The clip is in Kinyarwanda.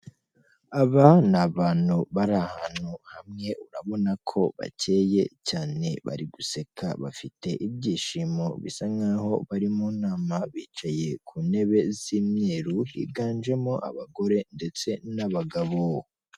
Aba ni abantu, bari ahantu hamwe, urabona ko bakeye cyane, bari guseka bafite ibyishimo, bisa nk'aho bari mu nama, bicaye ku ntebe z'imyeru, higanjemo abagore, ndetse n'abagabo.